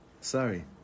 sorry